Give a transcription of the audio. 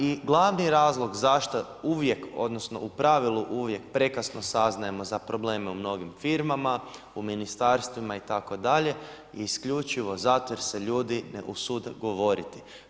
I glavni razlog zašto uvijek, odnosno u pravilu uvijek prekasno saznajemo za probleme u mnogim firmama, u ministarstvima itd. isključivo zato jer se ljudi ne usude govoriti.